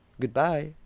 Goodbye